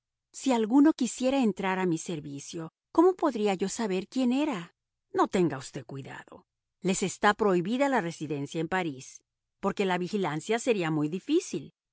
si alguno quisiera entrar a mi servicio cómo podría yo saber quién era no tenga usted cuidado les está prohibida la residencia en parís porque la vigilancia sería muy difícil